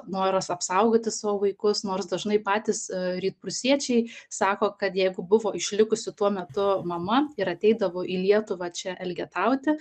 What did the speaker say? noras apsaugoti savo vaikus nors dažnai patys rytprūsiečiai sako kad jeigu buvo išlikusi tuo metu mama ir ateidavo į lietuvą čia elgetauti